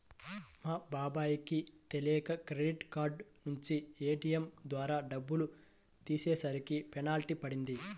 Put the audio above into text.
మా బాబాయ్ కి తెలియక క్రెడిట్ కార్డు నుంచి ఏ.టీ.యం ద్వారా డబ్బులు తీసేసరికి పెనాల్టీ పడింది